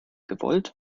gewollt